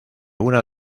una